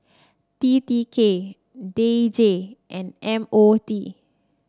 T T K D J and M O T